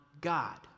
God